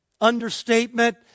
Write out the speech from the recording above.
Understatement